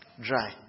dry